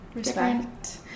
different